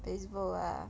Facebook ah